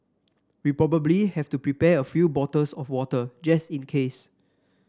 we probably have to prepare a few bottles of water just in case